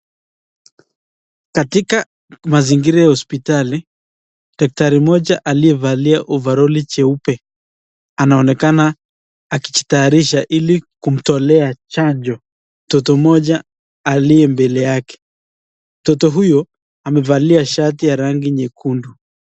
Katika mazingira ya hospitali, daktari mmoja aliyevalia ovaroli jeupe anaonekana akijitayarisha ili kumtolea chanjo mtoto mmoja aliye mbele yake. Mtoto huyo amevalia shati ya rangi nyekundu.